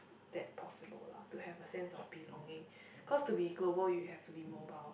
that possible lah to have a sense of belonging cause to be global you have to be mobile